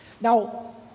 Now